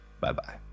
Bye-bye